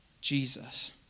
Jesus